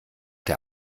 der